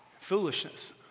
foolishness